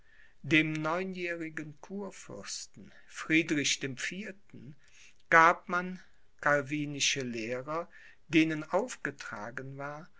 dem neunjährigen kurfürsten friedrich dem vierten gab man calvinische lehrer denen aufgetragen war